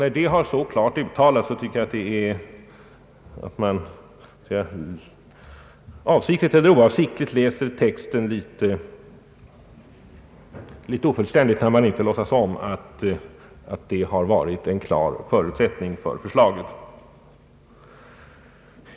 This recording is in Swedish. När detta har uttalats så klart så tycker jag att man — avsiktligt eller oavsiktligt — läser texten en smula ofullständigt, när man inte låtsas om att detta varit förutsättningen för förslaget.